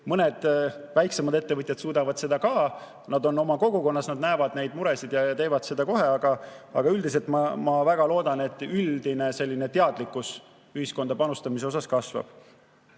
mõned väiksemad ettevõtjad suudavad seda. Nad on oma kogukonnas, nad näevad neid muresid ja teevad seda kohe. Aga ma väga loodan, et üldine teadlikkus ühiskonda panustamisest kasvab. Teine